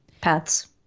paths